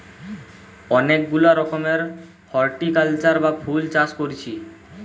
অনেক গুলা রকমের হরটিকালচার বা ফুল চাষ কোরছি